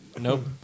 Nope